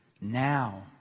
now